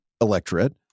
electorate